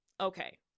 Okay